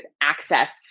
access